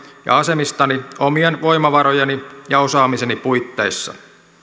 ja asemistani omien voimavarojeni ja osaamiseni puitteissa